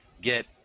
get –